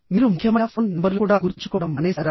మీరు ముఖ్యమైన ఫోన్ నంబర్లు కూడా గుర్తుంచుకోవడం మానేశారా